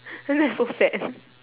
then that's so sad